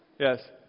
Yes